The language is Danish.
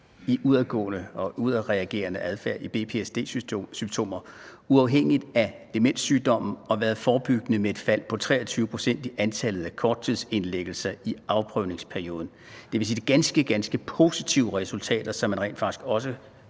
godt 40 pct. i udadreagerende adfærd i BPSD-symptomer uafhængigt af demenssygdommen, og at den har været forebyggende med et fald på 23 pct. i antallet af korttidsindlæggelser i afprøvningsperioden. Det vil sige, at det er ganske, ganske positive resultater, som man, hvis man